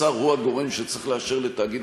משרד האוצר הוא הגורם שצריך לאשר לתאגיד